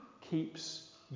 keeps